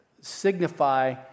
signify